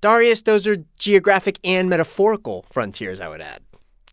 darius, those are geographic and metaphorical frontiers, i would add